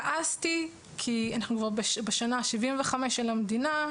כעסתי כי אנחנו כבר בשנה ה-75 של המדינה.